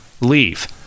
leave